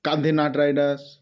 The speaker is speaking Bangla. কাগধি নাইট রাইডার্স